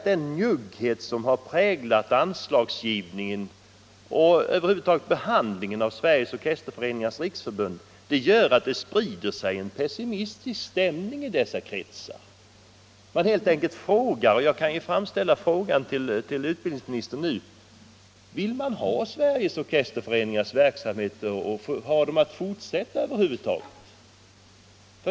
Den njugghet som har präglat anslagsgivningen och över huvud taget behandlingen av Sveriges orkesterföreningars riksförbund gör att en pessimistisk stämning sprider sig i dessa kretsar. Man helt enkelt frågar, jag kan ju framföra frågan till utbildningsministern nu: Vill man att Sveriges orkesterföreningars riksförbund över huvud taget skall fortsätta sin verksamhet?